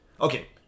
Okay